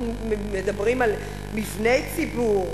אנחנו מדברים על מבני ציבור,